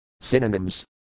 Synonyms